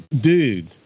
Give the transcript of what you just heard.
dude